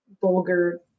vulgar